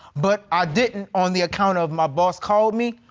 but, i didn't, on the account of my boss called me,